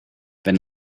wenn